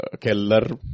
Keller